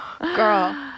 girl